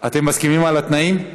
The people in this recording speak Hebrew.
אתם מסכימים לתנאים?